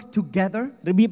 together